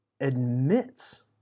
admits